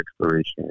exploration